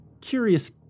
curious